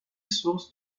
sources